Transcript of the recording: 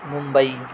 Mumbai